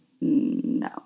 No